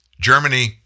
Germany